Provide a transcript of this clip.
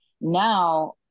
now